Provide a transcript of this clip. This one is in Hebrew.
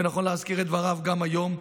ונכון להזכיר את דבריו גם היום,